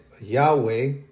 Yahweh